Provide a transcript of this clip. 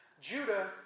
Judah